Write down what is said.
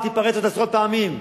והיא תיפרץ עוד עשרות פעמים.